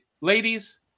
ladies